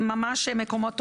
המקומות תוספתיים,